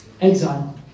exile